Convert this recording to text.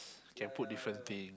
can put different thing